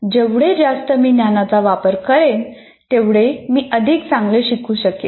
जेवढे जास्त मी ज्ञानाचा वापर करेन तेवढे मी अधिक चांगले शिकू शकेन